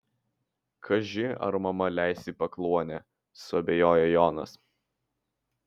kaži ar mama leis į pakluonę suabejoja jonas